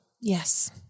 Yes